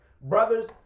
brothers